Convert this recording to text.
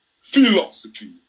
philosophy